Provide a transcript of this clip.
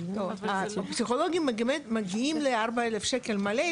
הפסיכולוגים מגיעים ל-4,000 שקל מלא.